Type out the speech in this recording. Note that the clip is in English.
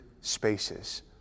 spaces